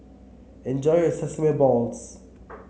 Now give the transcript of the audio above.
enjoy your Sesame Balls